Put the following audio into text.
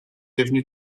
devenu